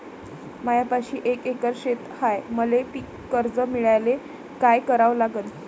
मायापाशी एक एकर शेत हाये, मले पीककर्ज मिळायले काय करावं लागन?